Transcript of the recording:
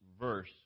verse